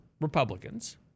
Republicans